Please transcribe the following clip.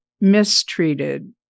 mistreated